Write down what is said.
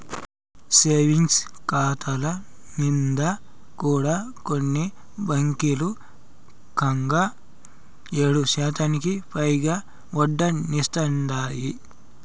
savings కాతాల మింద కూడా కొన్ని బాంకీలు కంగా ఏడుశాతానికి పైగా ఒడ్డనిస్తాందాయి